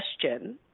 question